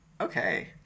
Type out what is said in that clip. okay